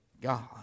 God